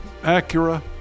Acura